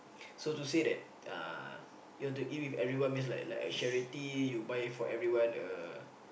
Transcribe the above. so to say that uh you want to eat with everyone means like like charity you buy for everyone a